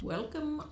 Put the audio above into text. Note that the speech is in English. Welcome